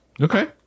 Okay